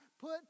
Put